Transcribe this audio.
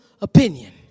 opinion